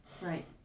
Right